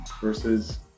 versus